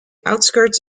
outskirts